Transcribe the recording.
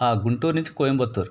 ఆ గుంటూరు నుంచి కోయంబత్తూర్